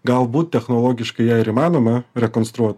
galbūt technologiškai ją ir įmanoma rekonstruot